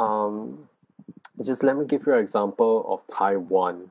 um just let me give you an example of taiwan